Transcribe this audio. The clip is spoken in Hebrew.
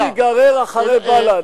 אל תיגרר אחרי בל"ד.